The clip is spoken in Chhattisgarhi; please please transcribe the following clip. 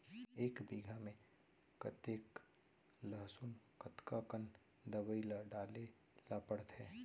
एक बीघा में कतेक लहसुन कतका कन दवई ल डाले ल पड़थे?